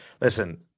listen